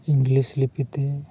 English ᱞᱤᱯᱤ ᱛᱮ